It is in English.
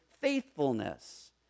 faithfulness